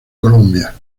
colombia